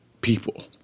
people